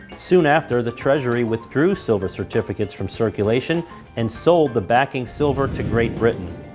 soon after, the treasury withdrew silver certificates from circulation and sold the backing silver to great britain.